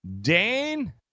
Dane